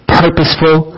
purposeful